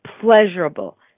pleasurable